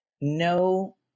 no